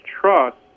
trust